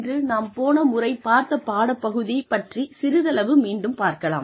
இன்று நாம் போன முறை பார்த்த பாடப்பகுதி பற்றி சிறிதளவு மீண்டும் பார்க்கலாம்